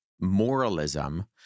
moralism